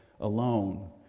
alone